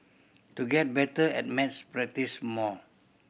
to get better at maths practise more